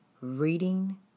reading